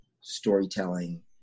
storytelling